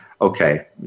okay